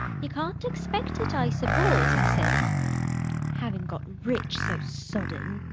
you can't expect it, i suppose, i said havin' got rich so sudden.